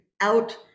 out